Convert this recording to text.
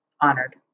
honored